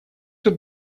тут